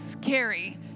scary